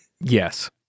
Yes